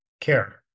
care